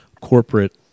corporate